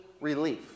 relief